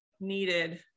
needed